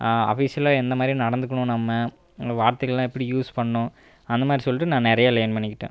அஃபிஷியலாக என்ன மாதிரி நடந்துக்கணும் நம்ம வார்த்தைகள்லாம் எப்படி யூஸ் பண்ணணும் அந்தமாதிரி சொல்லிட்டு நான் நிறைய லேர்ன் பண்ணிக்கிட்டேன்